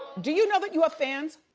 do you know that you have fans?